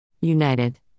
United